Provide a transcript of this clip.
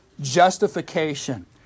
Justification